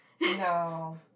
No